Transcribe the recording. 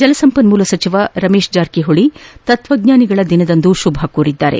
ಜಲ ಸಂಪನ್ಮೂಲ ಸಚಿವ ರಮೇಶ್ ಜಾರಕಿಹೊಳಿ ತತ್ವಜ್ಞಾನಿಗಳ ದಿನದಂದು ಶುಭ ಕೋರಿದ್ದಾರೆ